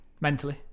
Mentally